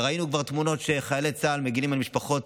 וכבר ראינו תמונות של חיילי צה"ל מגינים על משפחות